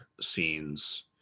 scenes